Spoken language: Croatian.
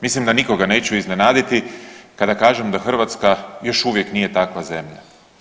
Mislim da nikoga neću iznenaditi kada kažem da Hrvatska još uvijek nije takva zemlja.